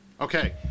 Okay